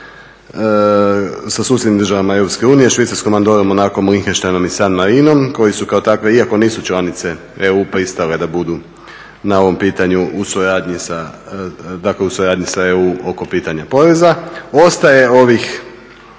susjednim državama EU Švicarskom, Andorom, Monacom, Linhenštajnom i San Marinom koji su kao takve, iako nisu članice EU pristale da budu na ovom pitanju u suradnji sa EU oko pitanja poreza. Ostaje ovih